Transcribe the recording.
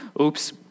Oops